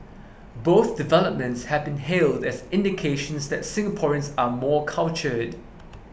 both developments have been hailed as indications that Singaporeans are more cultured